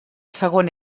segon